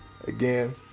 Again